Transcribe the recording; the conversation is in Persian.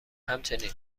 همچنین